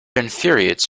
infuriates